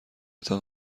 تان